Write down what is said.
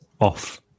off